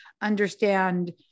understand